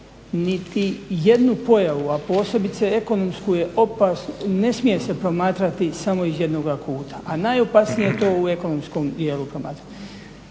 Niti jednu pojavu a posebice ekonomsku ne smije se promatrati samo iz jednoga kuta. A najopasnije je to u ekonomskom dijelu promatrati.